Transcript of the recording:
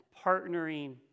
partnering